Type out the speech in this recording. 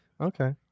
Okay